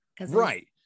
right